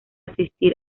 asistir